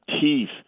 teeth